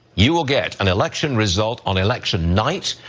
you will get an election result on election night,